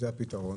שזה הפתרון